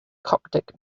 coptic